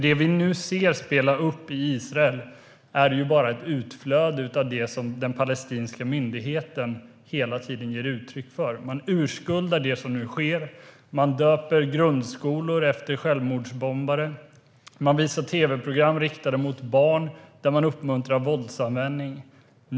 Det vi nu ser spelas upp i Israel är ju bara ett utflöde av det som den palestinska myndigheten hela tiden ger uttryck för. Man urskuldar det som nu sker. Man döper grundskolor efter självmordsbombare. Man visar tv-program riktade till barn där man uppmuntrar våldsanvändning.